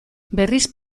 berriz